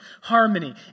harmony